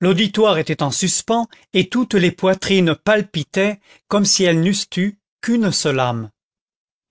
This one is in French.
l'auditoire était en suspens et toutes les poitrines palpitaient comme si elles n'eussent eu qu'une seule âme